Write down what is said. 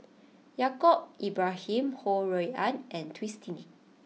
Yaacob Ibrahim Ho Rui An and Twisstii